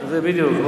בוועדה, בדיוק.